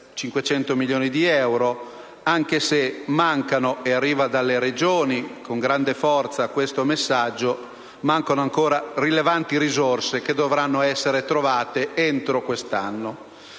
500 milioni di euro anche se mancano - e arriva dalle Regioni con grande forza questo messaggio - rilevanti risorse che dovranno essere trovate entro quest'anno.